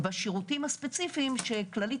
בשירותים הספציפיים שקופת חולים כללית